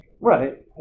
right